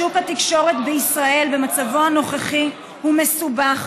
שוק התקשורת בישראל במצבו הנוכחי הוא מסובך,